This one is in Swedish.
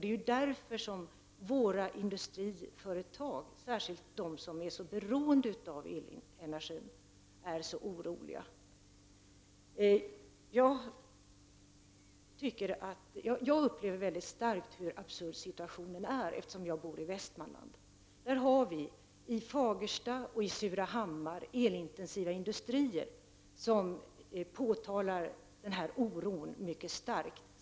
Det är därför som våra industriföretag, särskilt de som är starkt beroende av elenergi, är så oroliga. Jag upplever väldigt starkt hur absurd situationen är, eftersom jag bor i Västmanland, där vi i Fagersta och Surahammar har elintensiva industrier, som mycket starkt påtalar denna oro.